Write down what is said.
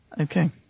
Okay